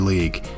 League